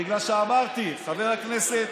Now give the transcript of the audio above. בגלל שאמרתי, חבר הכנסת